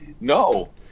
No